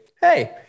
hey